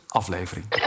aflevering